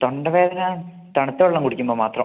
തൊണ്ടവേദന തണുത്തവെള്ളം കുടിക്കുമ്പം മാത്രം